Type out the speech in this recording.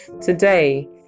today